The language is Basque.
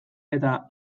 eta